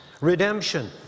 redemption